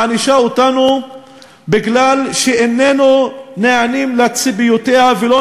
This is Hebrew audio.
מענישה אותנו בגלל שאיננו נענים לציפיותיה ואיננו